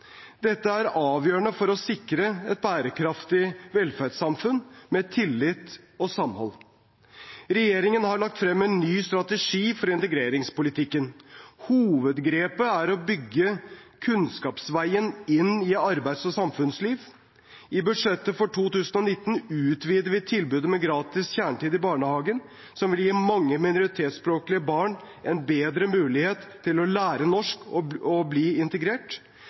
Dette er avgjørende for å sikre et bærekraftig velferdssamfunn med tillit og samhold. Regjeringen har lagt frem en ny strategi for integreringspolitikken. Hovedgrepet er å bygge kunnskapsveien inn i arbeids- og samfunnsliv. I budsjettet for 2019 utvider vi tilbudet med gratis kjernetid i barnehagen, som vil gi mange minoritetsspråklige barn en bedre mulighet til å lære norsk og bli integrert.